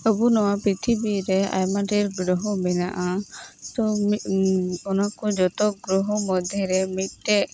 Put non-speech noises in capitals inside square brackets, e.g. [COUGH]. ᱟᱵᱚ ᱱᱚᱣᱟ ᱯᱨᱤᱛᱷᱤᱵᱤᱨ ᱨᱮ ᱟᱭᱢᱟ ᱰᱷᱮᱨ ᱜᱨᱚᱦᱚ ᱢᱮᱱᱟᱜᱼᱟ ᱛᱚ [UNINTELLIGIBLE] ᱚᱱᱟᱠᱚ ᱡᱚᱛᱚ ᱜᱨᱚᱦᱚ ᱢᱚᱫᱽᱫᱷᱮᱨᱮ ᱢᱤᱫᱴᱮᱱ